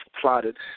plotted